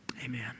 Amen